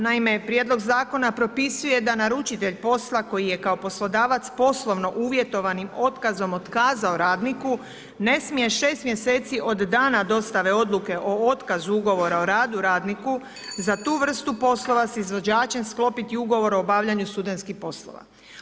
Naime prijedlog zakona propisuje da naručitelj posla koji je kao poslodavac poslovno uvjetovanim otkazom otkazao radniku ne smije 6 mjeseci od dana dostave odluke o otkazu ugovora o radu radniku za tu vrstu poslova s izvođačem sklopiti ugovor o obavljanju studentskih poslova.